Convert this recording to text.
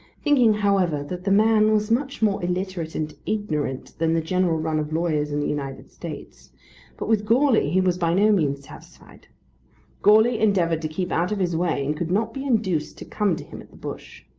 thinking however that the man was much more illiterate and ignorant than the general run of lawyers in the united states but with goarly he was by no means satisfied. goarly endeavoured to keep out of his way and could not be induced to come to him at the bush.